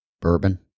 bourbon